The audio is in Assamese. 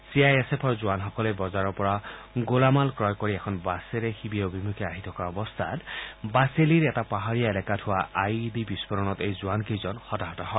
চি আই এছ এফৰ জোৱানসকলে বজাৰৰ পৰা গোলামাল ক্ৰয় কৰি এখন বাছেৰে শিৱিৰ অভিমুখে আহি থকা অৱস্থাত বাছেলিৰ এটা পাহাৰীয়া এলেকাত হোৱা আই ই ডি বিস্ফোৰণত এই জোৱান কেইজন হতাহত হয়